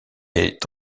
est